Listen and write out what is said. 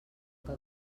que